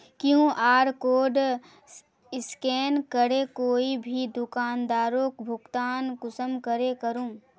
QR code scan करे कोई भी दुकानदारोक भुगतान कुंसम करे करूम?